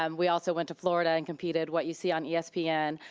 um we also went to florida and competed what you see on espn,